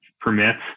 permits